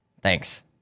Thanks